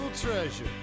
treasure